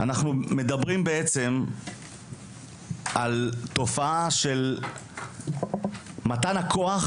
אנחנו בעצם מדברים על תופעה של מתן כוח